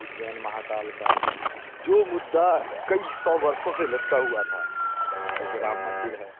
उज्जैन महाकाल का जो मुद्दा कई सौ वर्षों से लटका हुआ था जैसे राम मंदिर है